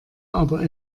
aber